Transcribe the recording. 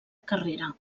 carrera